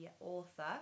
author